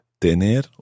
tener